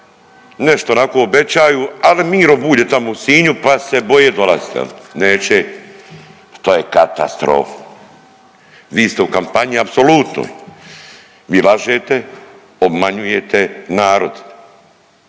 nešto nako obećaju, ali Miro Bulj je tamo u Sinju pa se boje dolazit, neće. To je katastrofa. Vi ste u kampanji apsolutnoj, vi lažete, obmanjujete narod.